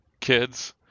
kids